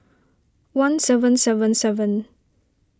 one seven seven seven